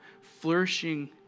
flourishing